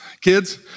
Kids